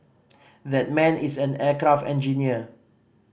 that man is an aircraft engineer